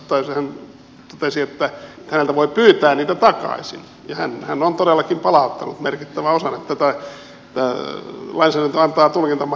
hän totesi että häneltä voi pyytää niitä takaisin ja hän on todellakin palauttanut merkittävän osan niin että tämä lainsäädäntö antaa tulkintamahdollisuuksia monenlaisiin tilanteisiin